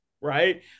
Right